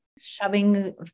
shoving